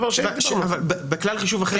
אבל בכלל חישוב אחר,